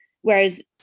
Whereas